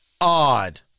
odd